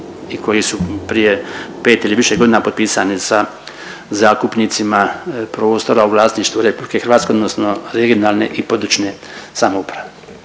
i koji su prije pet ili više godina potpisani sa zakupnicima prostora u vlasništvu RH odnosno regionalne i područne samouprave.